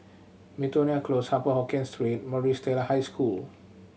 Miltonia Close Upper Hokkien Street Maris Stella High School